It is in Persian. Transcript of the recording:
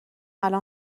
الان